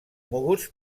moguts